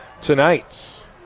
tonight